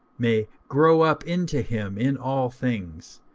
may grow up into him in all things,